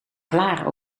klaar